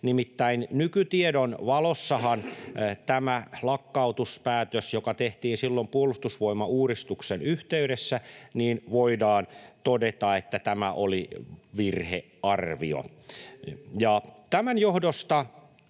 Nimittäin nykytiedon valossahan tämä lakkautuspäätös, joka tehtiin silloin puolustusvoimauudistuksen yhteydessä, voidaan todeta, oli virhearvio. Tämän johdosta